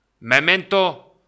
Memento